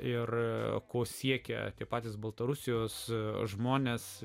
ir ko siekia tie patys baltarusijos žmonės